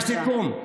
לסיכום,